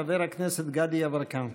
חבר הכנסת גדי יברקן.